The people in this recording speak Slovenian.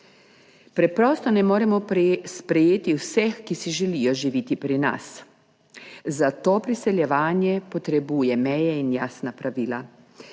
Preprosto ne moremo sprejeti vseh, ki si želijo živeti pri nas. Za to preseljevanje potrebuje meje in jasna pravila.